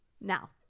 Now